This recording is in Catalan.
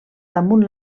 damunt